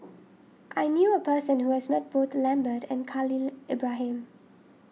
I knew a person who has met both Lambert and Khalil Ibrahim